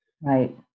right